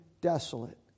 desolate